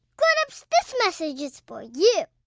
grown-ups, this message is for you.